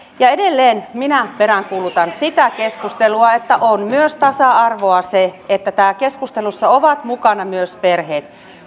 edelleen minä peräänkuulutan sitä keskustelua että on myös tasa arvoa se että keskustelussa ovat mukana myös perheet